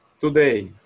today